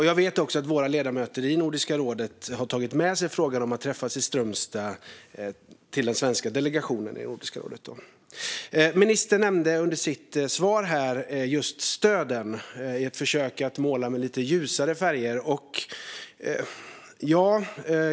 Jag vet också att våra ledamöter i Nordiska rådet har tagit med sig frågan om att träffas i Strömstad till den svenska delegationen i Nordiska rådet. Ministern nämnde i sitt svar just stöden, i ett försök att måla med lite ljusare färger.